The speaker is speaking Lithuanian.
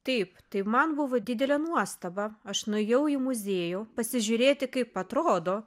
taip tai man buvo didelė nuostaba aš nuėjau į muziejų pasižiūrėti kaip atrodo